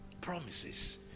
Promises